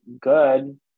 good